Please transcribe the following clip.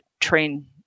train